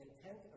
intent